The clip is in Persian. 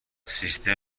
سیستم